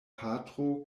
patro